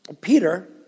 Peter